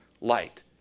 light